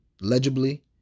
legibly